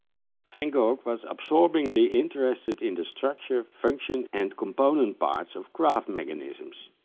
van gogh was absorbingly interested in the structure, function and component parts of craft mechanisms.